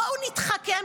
בואו נתחכם,